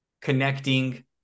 connecting